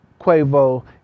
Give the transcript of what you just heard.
Quavo